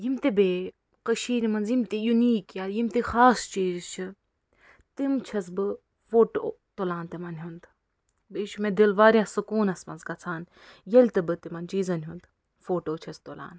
یِم تہِ بیٚیہِ کٔشیٖرِ منٛز یِم تہِ یوٗنیٖک کیٛاہ یِم تہِ خاص چیٖز چھِ تِم چھَس بہٕ فوٹوٗ تُلان تِمَن ہُنٛد بیٚیہِ چھِ مےٚ دِل واریاہ سُکوٗنَس منٛز گژھان ییٚلہِ تہِ بہٕ تِمَن چیٖزَن ہُنٛد فوٹوٗ چھَس تُلان